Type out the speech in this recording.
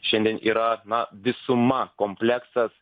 šiandien yra na visuma kompleksas